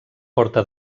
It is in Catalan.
porta